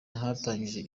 hatangiye